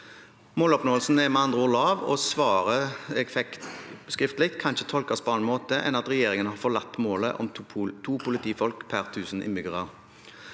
Måloppnåelsen er med andre ord lav, og svaret jeg fikk skriftlig, kan ikke tolkes på annen måte enn at regjeringen har forlatt målet om to politifolk per tusen innbyggere.